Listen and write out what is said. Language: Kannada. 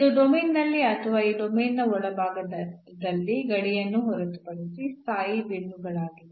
ಇದು ಡೊಮೇನ್ನಲ್ಲಿ ಅಥವಾ ಈ ಡೊಮೇನ್ನ ಒಳಭಾಗದಲ್ಲಿ ಗಡಿಯನ್ನು ಹೊರತುಪಡಿಸಿ ಸ್ಥಾಯಿ ಬಿಂದುವಾಗಿದೆ